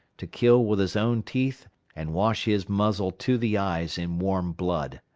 to kill with his own teeth and wash his muzzle to the eyes in warm blood.